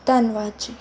ਧੰਨਵਾਦ ਜੀ